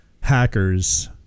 Hackers